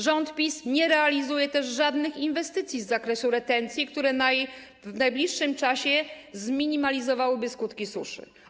Rząd PiS nie realizuje też żadnych inwestycji z zakresu retencji, które w najbliższym czasie zminimalizowałyby skutki suszy.